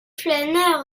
flâneur